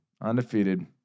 Undefeated